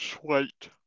Sweet